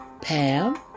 Pam